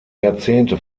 jahrzehnte